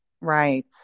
Right